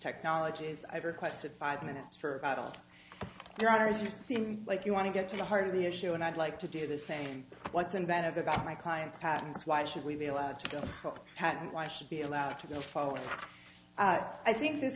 technology as i've requested five minutes for adult learners you seem like you want to get to the heart of the issue and i'd like to do the same what's inventive about my client's patents why should we be allowed to go patent why should be allowed to go forward but i think this